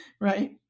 right